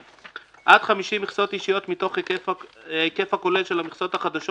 עד 50 מכסות אישיות מתוך ההיקף הכולל של המכסות החדשות